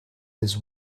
his